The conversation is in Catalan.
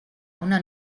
una